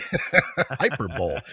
hyperbole